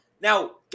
now